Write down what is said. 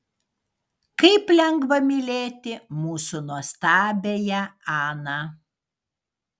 kaip lengva mylėti mūsų nuostabiąją aną